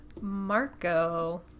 Marco